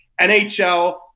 NHL